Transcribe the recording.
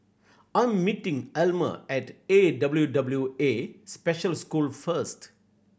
I'm meeting Almer at A W W A Special School first